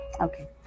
Okay